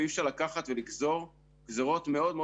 אי אפשר לקחת ולגזור גזרות מאוד מאוד